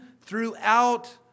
throughout